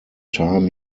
time